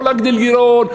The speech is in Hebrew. לא להגדיל גירעון.